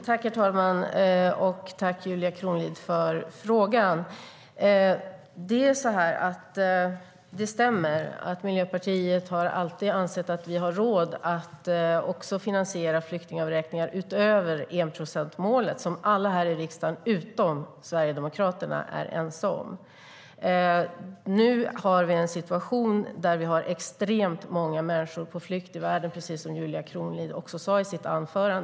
Herr talman! Jag tackar Julia Kronlid för frågan. Det stämmer att Miljöpartiet alltid har ansett att vi har råd att finansiera flyktingavräkningar utöver enprocentsmålet, som alla här i riksdagen utom Sverigedemokraterna är ense om. Nu har vi en situation där vi har extremt många människor på flykt i världen, precis som Julia Kronlid sa i sitt anförande.